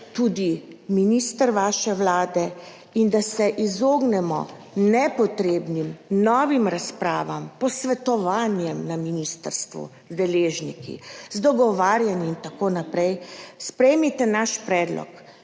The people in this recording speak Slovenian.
tudi minister vaše vlade, in da se izognemo nepotrebnim novim razpravam, posvetovanjem na ministrstvu z deležniki, z dogovarjanji in tako naprej, sprejmite naš predlog,